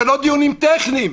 זה לא דיונים טכניים.